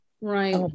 right